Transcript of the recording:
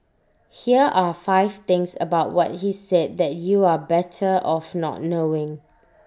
here are five things about what he said that you are better off not knowing